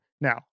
now